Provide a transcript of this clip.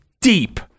deep